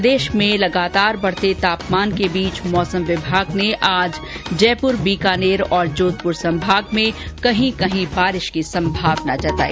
प्रदेश में लगातार बढते तापमान के बीच मौसम विभाग ने आज जयपुर बीकानेर जोधपुर संभाग में कहीं कहीं बारिश की संभावना जताई